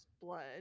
blood